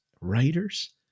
writers